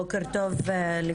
בוקר טוב לכולם.